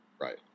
Right